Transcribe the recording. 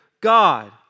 God